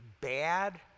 bad